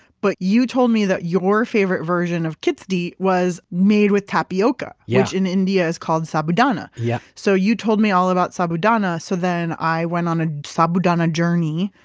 but you told me that your favorite version of khichdi was made with tapioca, yeah which in india, is called sabudana yeah so you told me all about sabudana, so then i went on a sabudana journey,